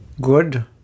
Good